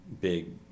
big